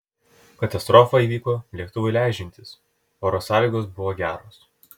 katastrofa įvyko lėktuvui leidžiantis oro sąlygos buvo geros